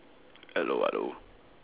hello hello